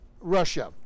Russia